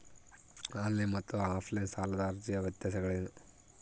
On line ಮತ್ತು offline ಸಾಲದ ಅರ್ಜಿಯ ವ್ಯತ್ಯಾಸಗಳೇನು?